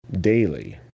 daily